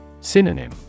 Synonym